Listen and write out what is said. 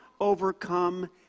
overcome